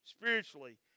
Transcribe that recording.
spiritually